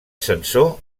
sensor